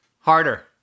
Harder